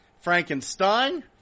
frankenstein